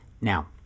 Now